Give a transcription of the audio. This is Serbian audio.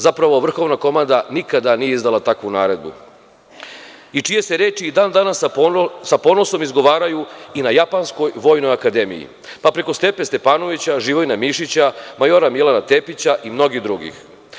Zapravo vrhovna komanda nikada nije izdala takvu naredbu i čije se reči i dan danas da ponosom izgovaraju i na Japanskoj vojnoj akademiji, pa preko Stepe Stepanovića, Živojina Mišića, majora Milana Tepića i mnogih drugih.